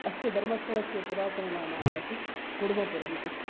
अस्य धर्मस्थलस्य पुरातननाम आसीत् कुडुमपुरम् इति